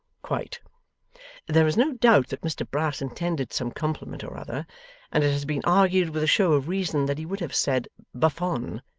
quite there is no doubt that mr brass intended some compliment or other and it has been argued with show of reason that he would have said buffon,